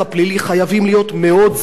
חייבים להיות מאוד זהירים.